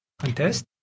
contest